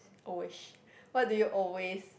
always what do you always